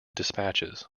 despatches